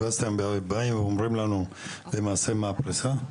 ואז אתם באים ואומרים לנו למעשה מה הפריסה?